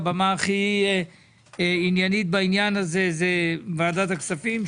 הבמה הכי עניינית בעניין הזה זה ועדת הכספים,